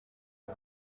kid